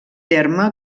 terme